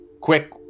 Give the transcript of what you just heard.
quick